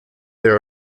there